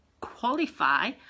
qualify